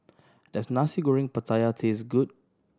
does Nasi Goreng Pattaya taste good